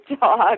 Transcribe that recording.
dog